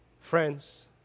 Friends